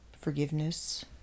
forgiveness